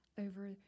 over